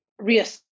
reassess